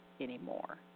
anymore